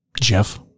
jeff